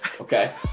Okay